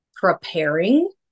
preparing